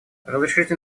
разрешите